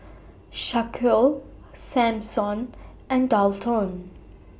Shaquille Samson and Daulton